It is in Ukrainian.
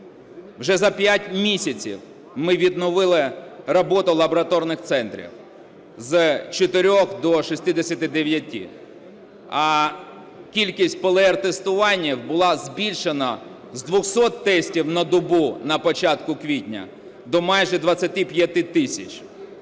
Вже за 5 місяців ми відновили роботу лабораторних центрів з 4 до 69, а кількість ПЛР-тестування була збільшена з 200 тестів на добу на початку квітня до майже 25 тисяч